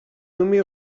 nommé